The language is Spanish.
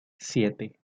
siete